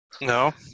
no